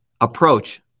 approach